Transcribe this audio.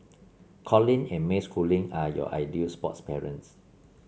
Colin and May Schooling are your ideal sports parents